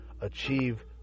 achieve